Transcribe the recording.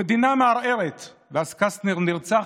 המדינה מערערת, ואז קסטנר נרצח